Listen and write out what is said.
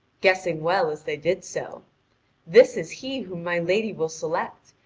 guessing well as they did so this is he whom my lady will select.